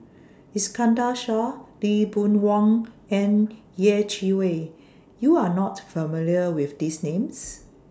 Iskandar Shah Lee Boon Wang and Yeh Chi Wei YOU Are not familiar with These Names